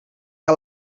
que